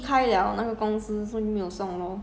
跟你讲 lor 那时要送人